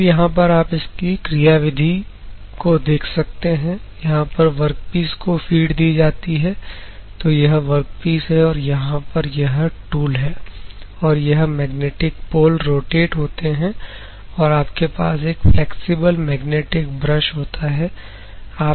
अब यहां पर आप इसकी क्रिया विधि का को देख सकते हैं यहां पर वर्कपीस को फीड दी जाती है तो यह वर्कपीस है और यहां पर यह टूल है और यह मैग्नेटिक पोल रोटेट होते हैं और आपके पास एक फ्लैक्सिबल मैग्नेटिक ब्रश होता है